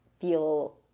feel